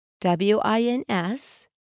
W-I-N-S